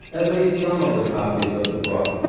at least some of the copies of the book,